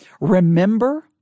Remember